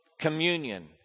communion